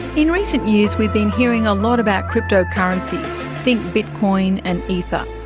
in recent years we've been hearing a lot about cryptocurrencies, think bitcoin and ether.